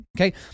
okay